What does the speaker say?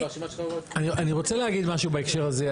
אני רוצה להגיד משהו בהקשר הזה.